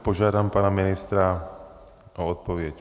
Požádám pana ministra o odpověď.